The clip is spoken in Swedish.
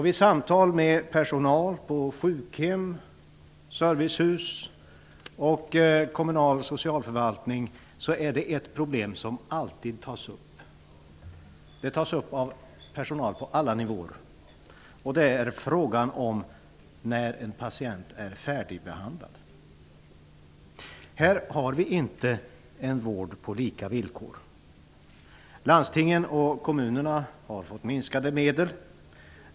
Vid samtal med personal på sjukhem, servicehus och kommunal socialförvaltning är det ett problem som alltid tas upp. Det tas upp av personal på alla nivåer. Det är frågan om när en patient är färdigbehandlad. Här har vi inte en vård på lika villkor. Landstingen och kommunerna har fått minskade medel.